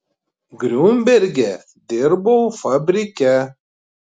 griunberge dirbau fabrike